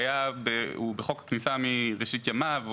הוא בחוק הכניסה מראשית ימיו,